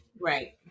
Right